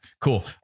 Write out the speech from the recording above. Cool